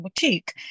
boutique